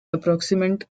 approximant